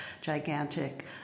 gigantic